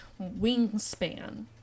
wingspan